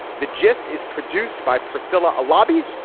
the gist is produced by priscila, a lobby.